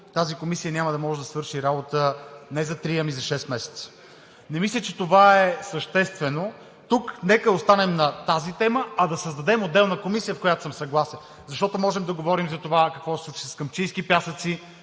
тази комисия няма да може да свърши работа не за три, ами за шест месеца. Не мисля, че това е съществено. Тук нека да останем на тази тема, а и да създадем отделна комисия, за което съм съгласен. Можем да говорим за това какво се случи с Камчийски пясъци